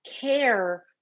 care